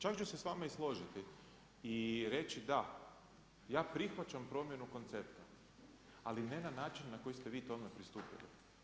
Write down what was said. Čak ću se s vama i složiti i reći da, ja prihvaćam promjenu koncepta, ali ne na način na koji ste vi tome pristupili.